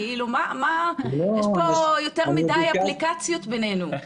יש יותר מדי אפליקציות בינינו.